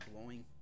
blowing